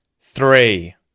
three